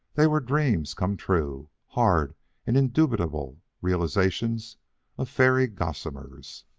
they were dreams come true, hard and indubitable realizations of fairy gossamers.